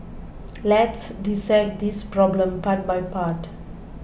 let's dissect this problem part by part